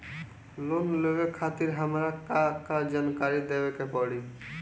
Loan लेवे खातिर हमार का का जानकारी देवे के पड़ी?